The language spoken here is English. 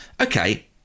okay